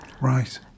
Right